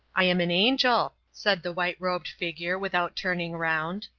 i am an angel, said the white-robed figure, without turning round.